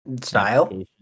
style